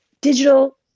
digital